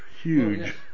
huge